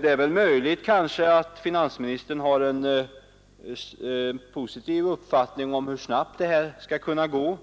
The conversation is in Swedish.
Det är möjligt att finansministern har en positiv uppfattning om hur snabbt det skall kunna gå